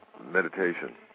meditation